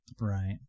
Right